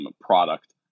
product